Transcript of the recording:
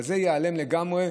אבל זה ייעלם לגמרי,